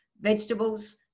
vegetables